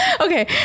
Okay